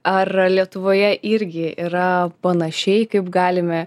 ar lietuvoje irgi yra panašiai kaip galime